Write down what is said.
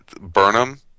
burnham